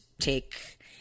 take